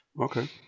Okay